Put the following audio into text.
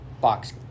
Box